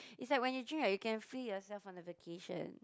is like when you drink right you can see yourself on a vacation